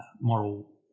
moral